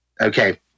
Okay